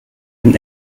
den